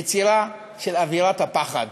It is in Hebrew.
יצירה של אווירת הפחד.